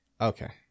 okay